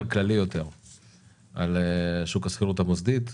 כללי יותר על שוק השכירות המוסדית,